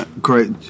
great